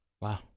Wow